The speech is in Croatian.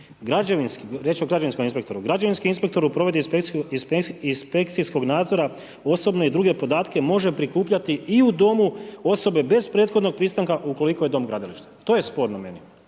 Građevinski inspektor u provedbi inspekcijskog nadzora osobne i druge podatke može prikupljati i u domu osobe bez prethodnog pristanka ukoliko je dom gradilište. To je sporno meni.